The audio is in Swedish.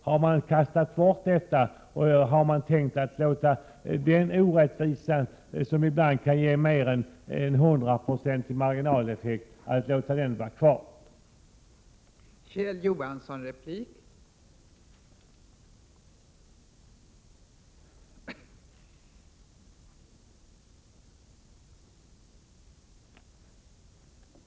Har man kastat bort det förslaget och tänkt låta den orättvisa bestå som ibland kan ge en marginaleffekt på mer än 100 96?